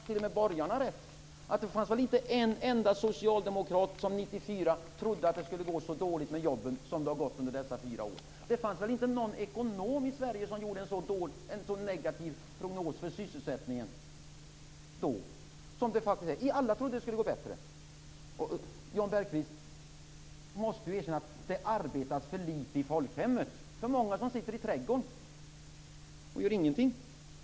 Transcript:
T.o.m. borgarna har rätt i att det nog inte fanns en enda socialdemokrat som 1994 trodde att det skulle gå så dåligt med jobbet som det har gjort under dessa fyra år. Det fanns väl heller inte någon ekonom i Sverige som då gjorde en så negativ prognos för sysselsättningen som det faktiskt är fråga om. Alla trodde att det skulle gå bättre. Jag Bergqvist måste erkänna att det arbetas för litet i folkhemmet. Det är för många som sitter i trädgården och gör ingenting.